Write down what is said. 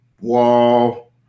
Wall